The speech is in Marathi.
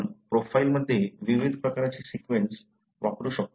म्हणून आपण प्रोफाइलमध्ये विविध प्रकारचे सीक्वेन्स वापरू शकतो